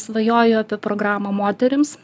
svajoju apie programą moterims